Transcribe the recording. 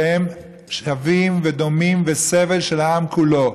שהם שווים ודומים בסבל של העם כולו.